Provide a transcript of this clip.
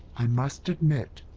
i must admit,